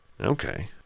Okay